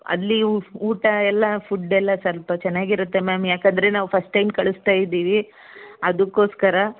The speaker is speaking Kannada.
ಅಲ್ಲಿ ಊಟ ಎಲ್ಲ ಫುಡ್ಡೆಲ್ಲ ಸ್ವಲ್ಪ ಚೆನ್ನಾಗಿರುತ್ತಾ ಮ್ಯಾಮ್ ಯಾಕಂದರೆ ನಾವು ಫಸ್ಟ್ ಟೈಮ್ ಕಳಿಸ್ತಾಯಿದ್ದೀವಿ ಅದಕ್ಕೋಸ್ಕರ